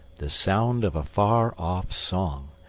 the sound of a far-off song.